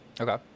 Okay